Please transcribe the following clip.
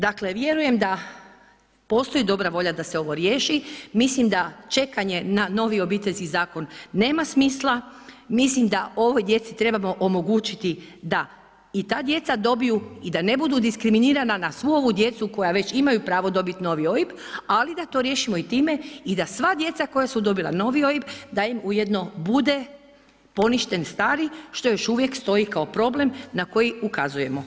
Dakle, vjerujem da postoji dobra volja da se ovo riješi, mislim da čekanje na novi Obiteljski zakon nema smisla, mislim da ovoj djeci trebamo omogućiti da i ta djeca dobiju i da ne budu diskriminirana na svu ovu djecu koja već imaju pravo dobiti novi OIB ali da to riješimo i time i da sva djeca koja su dobila novi OIB, da im ujedno bude poništen stari što još uvijek stoji kao problem na koji ukazujemo.